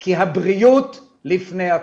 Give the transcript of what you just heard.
כי הבריאות לפני הכול,